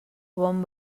bon